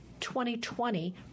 2020